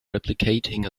replicating